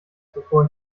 bevor